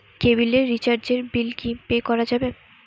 কেবিলের রিচার্জের বিল কি পে করা যাবে?